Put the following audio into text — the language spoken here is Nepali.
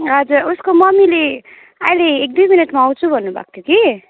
हजुर उसको मम्मीले अहिले एक दुई मिनटमा आउँछु भन्नुभएको थियो कि